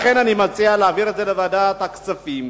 לכן אני מציע להעביר את זה לוועדת הכספים.